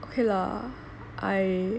okay lah I